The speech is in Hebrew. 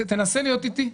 תנסה להיות אתי.